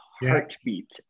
heartbeat